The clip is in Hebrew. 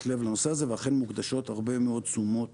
הלב לנושא הזה ואכן מוקדשות הרבה מאוד תשומות